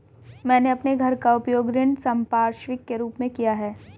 मैंने अपने घर का उपयोग ऋण संपार्श्विक के रूप में किया है